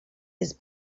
his